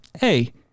hey